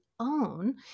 own